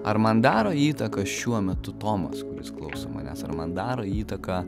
ar man daro įtaką šiuo metu tomas kuris klauso manęs ar man daro įtaką